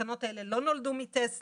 והתקנות האלה לא נולדו מטסלה.